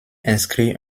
inscrit